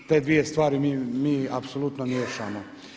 Te dvije stvari mi apsolutno miješamo.